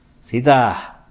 Sita